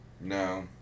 No